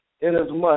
inasmuch